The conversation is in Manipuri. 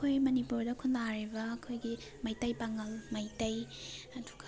ꯑꯩꯈꯣꯏ ꯃꯅꯤꯄꯨꯔꯗ ꯈꯨꯟꯗꯥꯔꯤꯕ ꯑꯩꯈꯣꯏꯒꯤ ꯃꯩꯇꯩ ꯄꯥꯉꯜ ꯃꯩꯇꯩ ꯑꯗꯨꯒ